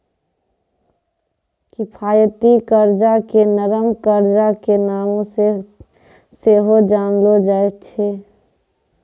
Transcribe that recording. किफायती कर्जा के नरम कर्जा के नामो से सेहो जानलो जाय छै